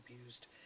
abused